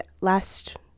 last